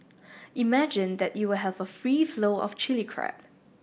imagine that you will have a free flow of Chilli Crab